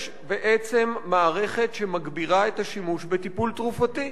יש בעצם מערכת שמגבירה את השימוש בטיפול תרופתי.